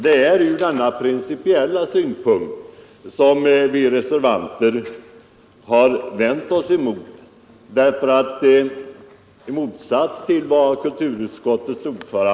Det är denna principiella synpunkt som vi reservanter har vänt oss mot.